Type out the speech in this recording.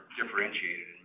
differentiated